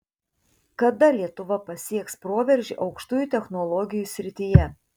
kada lietuva pasieks proveržį aukštųjų technologijų srityje